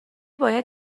باید